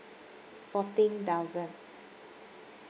fourteen thousand